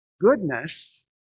goodness